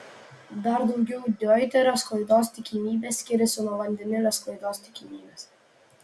dar daugiau deuterio sklaidos tikimybė skiriasi nuo vandenilio sklaidos tikimybės